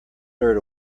dirt